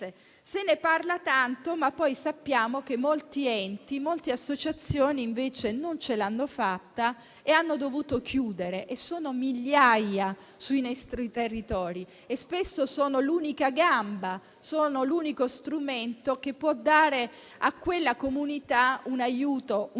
Se ne parla tanto, ma poi sappiamo che molti enti, molte associazioni invece non ce l'hanno fatta e hanno dovuto chiudere e sono migliaia sui nostri territori e spesso sono l'unica gamba, l'unico strumento che può dare a quella comunità un aiuto, un